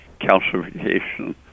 calcification